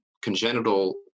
congenital